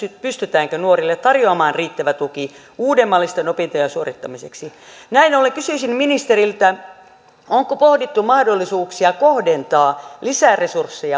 pystytäänkö nuorille tarjoamaan riittävä tuki uudenmallisten opintojen suorittamiseksi näin ollen kysyisin ministeriltä onko pohdittu mahdollisuuksia kohdentaa lisäresursseja